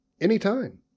Anytime